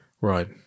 Right